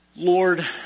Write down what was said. Lord